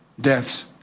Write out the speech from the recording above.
deaths